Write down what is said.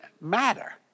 matter